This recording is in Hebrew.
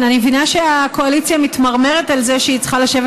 אני מבינה שהקואליציה מתמרמרת על זה שהיא צריכה לשבת